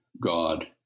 God